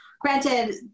granted